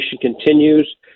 continues